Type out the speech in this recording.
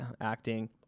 acting